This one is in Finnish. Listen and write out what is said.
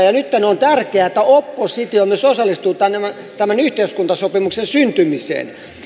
nyt on tärkeää että oppositio myös osallistuu tämän yhteiskuntasopimuksen syntymiseen